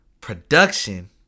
production